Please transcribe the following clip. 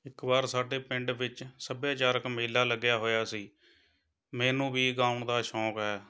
ਇੱਕ ਵਾਰ ਸਾਡੇ ਪਿੰਡ ਵਿੱਚ ਸੱਭਿਆਚਾਰਕ ਮੇਲਾ ਲੱਗਿਆ ਹੋਇਆ ਸੀ ਮੈਨੂੰ ਵੀ ਗਾਉਣ ਦਾ ਸ਼ੌਕ ਹੈ